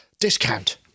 discount